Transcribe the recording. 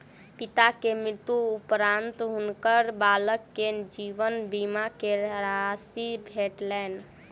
पिता के मृत्यु उपरान्त हुनकर बालक के जीवन बीमा के राशि भेटलैन